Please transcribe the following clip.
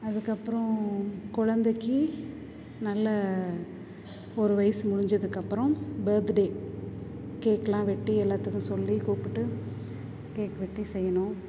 அதுக்கப்புறம் குழந்தைக்கி நல்ல ஒரு வயசு முடிஞ்சதுக்கு அப்புறம் பர்த்டே கேட்குலாம் வெட்டி எல்லாத்துக்கும் சொல்லி கூப்பிட்டு கேக் வெட்டி செய்யணும்